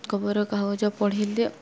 ଖବର କାଗଜ ପଢ଼ିଲେ